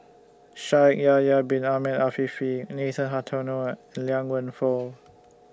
Shaikh Yahya Bin Ahmed Afifi Nathan Hartono and Liang Wenfu